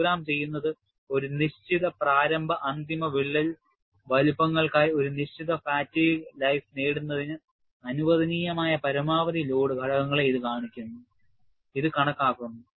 programme ചെയ്യുന്നത് ഒരു നിശ്ചിത പ്രാരംഭ അന്തിമ വിള്ളൽ വലുപ്പങ്ങൾക്കായി ഒരു നിശ്ചിത ഫാറ്റീഗ് ലൈഫ് നേടുന്നതിന് അനുവദനീയമായ പരമാവധി ലോഡ് ഘടകങ്ങളെ ഇത് കണക്കാക്കുന്നു